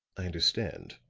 i understand.